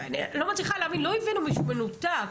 אני לא מצליחה להבין, לא הבאנו מישהו מנותק.